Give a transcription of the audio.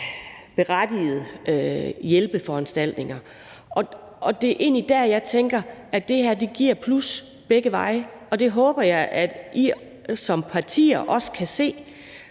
berettigede hjælpeforanstaltninger. Og det er egentlig der, jeg tænker at det her giver plus begge veje, og det håber jeg at I som partier også kan se.